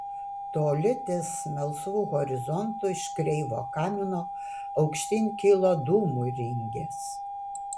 toli ties melsvu horizontu iš kreivo kamino aukštyn kilo dūmų ringės